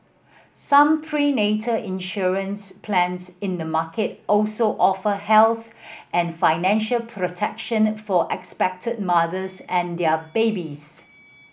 some prenatal insurance plans in the market also offer health and financial protection for expectant mothers and their babies